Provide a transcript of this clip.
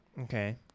Okay